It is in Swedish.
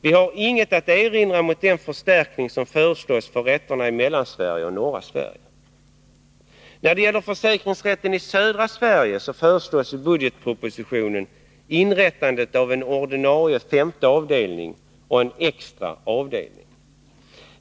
Vi har inget att erinra mot den förstärkning som föreslås för rätterna i Mellansverige och i norra Sverige. När det gäller försäkringsrätten i södra Sverige föreslås i budgetpropositionen inrättandet av en ordinarie femte avdelning och en extra avdelning.